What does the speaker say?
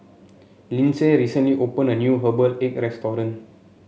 Lyndsey recently opened a new Herbal Egg restaurant